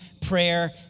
prayer